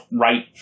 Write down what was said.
right